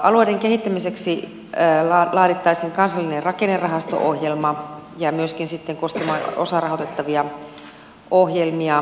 alueiden kehittämiseksi laadittaisiin kansallinen rakennerahasto ohjelma ja myöskin koskemaan osarahoitettavia ohjelmia